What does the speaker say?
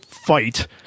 fight